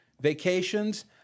vacations